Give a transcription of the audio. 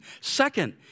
Second